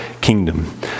kingdom